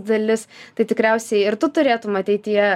dalis tai tikriausiai ir tu turėtum ateityje